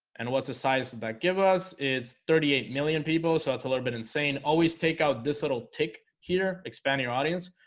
and what's the size that give us? it's thirty eight million people so that's a little bit insane always take out this little tick here expand your audience.